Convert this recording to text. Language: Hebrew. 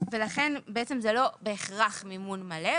ולכן בעצם זה לא בהכרח מימון מלא,